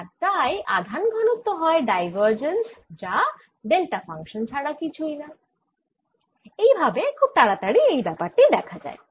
আর তাই আধান ঘনত্ব হয় ডাইভার্জেন্স যা ডেল্টা ফাংশান ছাড়া কিছুই না এই ভাবে খুব তাড়াতাড়ি এই ব্যাপারটি দেখা যায়